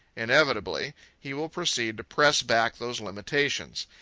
inevitably, he will proceed to press back those limitations.